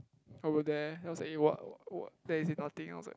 over there then I was like eh what what what there is nothing else eh